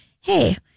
hey